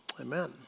Amen